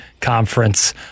Conference